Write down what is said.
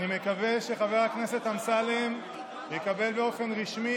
יושבת-ראש הקואליציה, לקחה הצעת